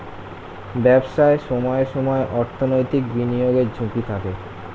ব্যবসায় সময়ে সময়ে অর্থনৈতিক বিনিয়োগের ঝুঁকি থাকে